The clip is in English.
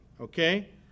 Okay